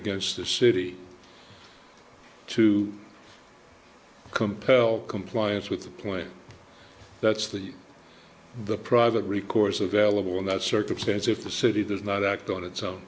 against the city to compel compliance with the plan that's the the private recourse available in that circumstance if the city does not act on its own